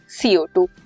CO2